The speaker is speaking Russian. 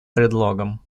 предлогом